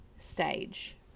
stage